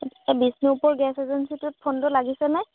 এই বিষ্ণুপুৰ গেছ এজেঞ্চিটোত ফোনটো লাগিছে নে